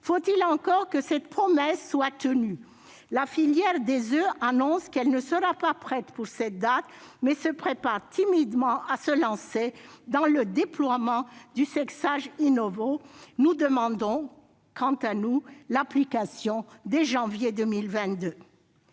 faut-il que cette promesse soit tenue ! La filière des oeufs annonce qu'elle ne sera pas prête pour cette date, mais se prépare timidement à se lancer dans le déploiement du sexage. Nous demandons, quant à nous, l'interdiction de l'élimination